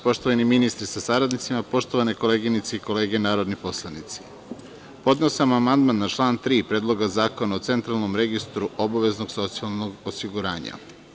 Poštovani ministri sa saradnicima, poštovane koleginice i kolege narodni poslanici, podneo sam amandman na član 3. Predloga zakona o centralnom registru obaveznog socijalnog osiguranja.